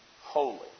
holy